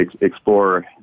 explore